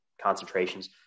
concentrations